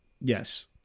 Yes